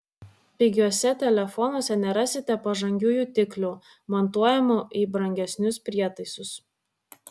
pigiuose telefonuose nerasite pažangių jutiklių montuojamų į brangesnius prietaisus